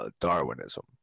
Darwinism